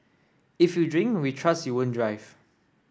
if you drink we trust you won't drive